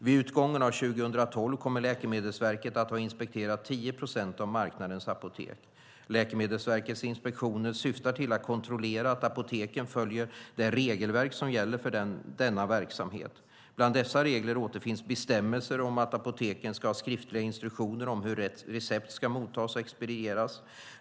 Vid utgången av 2012 kommer Läkemedelsverket att ha inspekterat 10 procent av marknadens apotek. Läkemedelsverkets inspektioner syftar till att kontrollera att apoteken följer det regelverk som gäller för denna verksamhet. Bland dessa regler återfinns bestämmelser om att apoteken ska ha skriftliga instruktioner om hur recept ska mottas och expedieras.